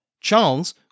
Charles